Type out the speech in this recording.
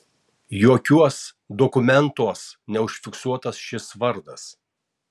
jokiuos dokumentuos neužfiksuotas šis vardas